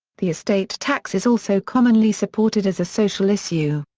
the estate tax is also commonly supported as a social issue.